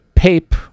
Pape